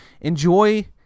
enjoy